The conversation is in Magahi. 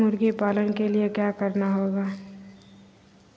मुर्गी पालन के लिए क्या करना होगा?